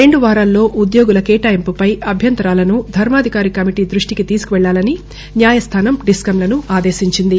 రెండు వారాల్లో ఉద్యోగుల కేటాయింపుపై అభ్యంతరాలను ధర్మాధికారి కమిటీ దృష్షికి తీసుకువెళ్లలని న్యాయస్లానం డిస్కంలను ఆదేశించింది